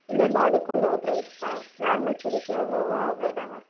இல்லை இல்லை அதுக்கும் லோ ப்ரைஸ்தான் நார்மல் சுடிக்கு எவ்வளவோ அவ்வளோதான் வரும்